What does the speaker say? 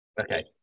okay